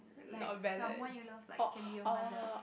like someone you love like can be your mother